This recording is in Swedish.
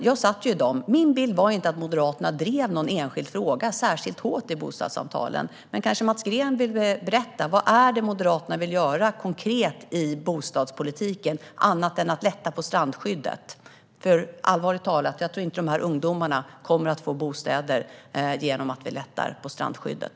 Jag deltog i dem, och min bild är inte att Moderaterna drev någon enskild fråga särskilt hårt i bostadssamtalen, men Mats Green kanske vill berätta vad det är Moderaterna konkret vill göra i bostadspolitiken - annat än att lätta på strandskyddet. Allvarligt talat tror jag nämligen inte att ungdomarna kommer att få bostäder genom att vi lättar på strandskyddet.